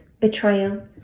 betrayal